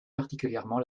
particulièrement